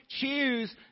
choose